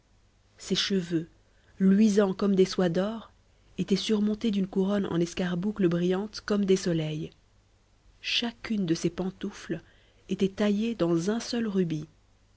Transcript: ses cheveux luisants comme des soies d'or étaient surmontés d'une couronne en escarboucles brillantes comme des soleils chacune de ses pantoufles était taillée dans un seul rubis